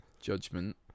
judgment